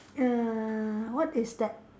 err what is that